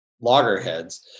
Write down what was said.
loggerheads